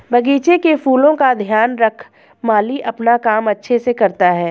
बगीचे के फूलों का ध्यान रख माली अपना काम अच्छे से करता है